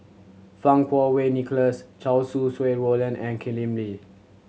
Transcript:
Fang Kuo Wei Nicholas Chow Sau Hai Roland and Lim Lee